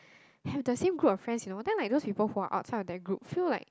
have the same group of friends you know then like those people who are outside of that group feel like